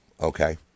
okay